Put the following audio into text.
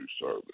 Service